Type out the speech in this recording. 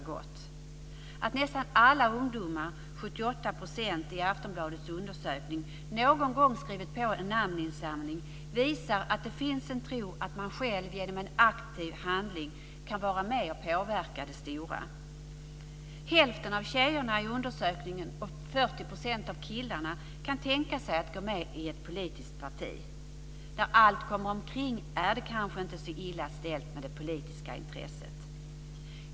Att nästan alla ungdomar, 78 % i Aftonbladets undersökning, någon gång skriver på en namninsamling visar att det finns en tro på att man själv genom egen aktiv handling kan vara med och påverka i det stora. Hälften av tjejerna i undersökningen och 40 % av killarna kan tänka sig att gå med i ett politiskt parti. När allt kommer omkring är det kanske inte så illa ställt med det politiska intresset.